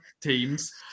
teams